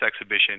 exhibition